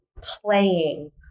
playing